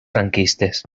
franquistes